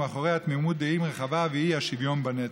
שמאחוריה תמימות דעים רחבה והיא 'השוויון בנטל'.